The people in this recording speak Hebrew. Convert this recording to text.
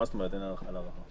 מה זאת אומרת אין הארכה על הארכה?